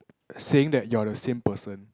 saying that you're the same person